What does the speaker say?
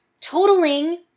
Totaling